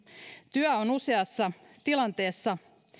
työ on useassa tilanteessa